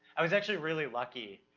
i was actually really lucky,